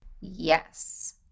Yes